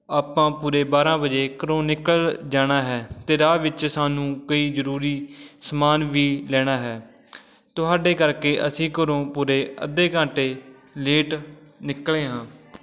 ਆਪਾਂ ਪੂਰੇ ਬਾਰਾਂ ਵਜੇ ਘਰੋਂ ਨਿਕਲ ਜਾਣਾ ਹੈ ਅਤੇ ਰਾਹ ਵਿੱਚ ਸਾਨੂੰ ਕਈ ਜ਼ਰੂਰੀ ਸਮਾਨ ਵੀ ਲੈਣਾ ਹੈ ਤੁਹਾਡੇ ਕਰਕੇ ਅਸੀਂ ਘਰੋਂ ਪੂਰੇ ਅੱਧੇ ਘੰਟੇ ਲੇਟ ਨਿਕਲੇ ਹਾਂ